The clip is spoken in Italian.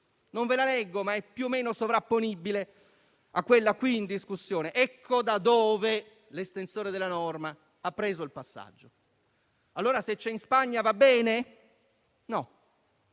Non ve la leggo, ma è più o meno sovrapponibile a quella in discussione. Da qui l'estensore della norma ha preso il passaggio. Allora se c'è in Spagna va bene? No,